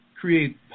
create